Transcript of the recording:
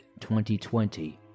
2020